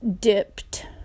dipped